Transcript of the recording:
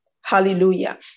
Hallelujah